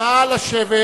נא לשבת